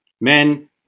men